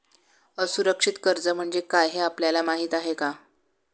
असुरक्षित कर्ज म्हणजे काय हे आपल्याला माहिती आहे का?